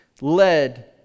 led